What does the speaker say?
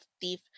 thief